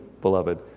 beloved